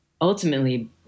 ultimately